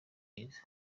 myiza